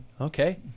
Okay